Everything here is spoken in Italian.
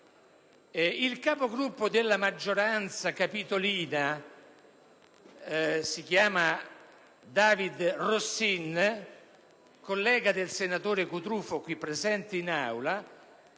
il capogruppo della maggioranza capitolina Dario Rossin, collega del senatore Cutrufo qui presente in Aula,